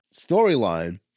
storyline